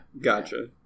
gotcha